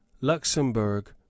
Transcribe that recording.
Luxembourg